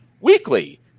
weekly